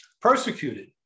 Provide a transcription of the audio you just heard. persecuted